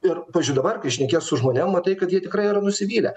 ir pavyzdžiui dabar kai šnekėjau su žmonėm matai kad jie tikrai yra nusivylę